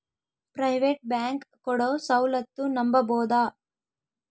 Private bank ಕೊಡೊ ಸೌಲತ್ತು ನಂಬಬೋದ?